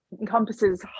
encompasses